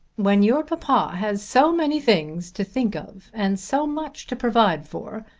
when your papa has so many things to think of and so much to provide for,